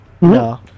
No